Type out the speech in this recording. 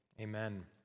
Amen